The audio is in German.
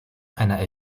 einer